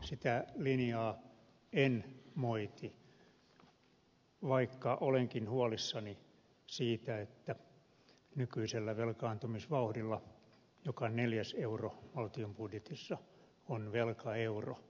sitä linjaa en moiti vaikka olenkin huolissani siitä että nykyisellä velkaantumisvauhdilla joka neljäs euro valtion budjetissa on velkaeuro